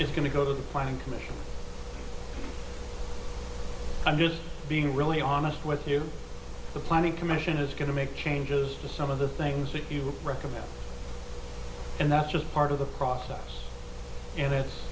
is going to go to the planning commission i'm just being really honest with you the planning commission is going to make changes to some of the things that you recommend and that's just part of the process and